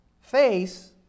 face